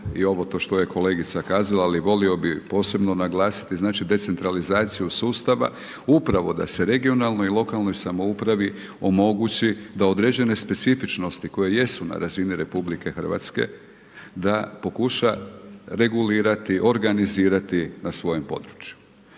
i ovo to što je kolegica kazala ali volio bih posebno naglasiti, znači decentralizaciju sustava upravo da se regionalnoj i lokalnoj samoupravi omogući da određene specifičnosti koje jesu na razini RH da pokuša regulirati, organizirati na svome području.